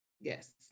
Yes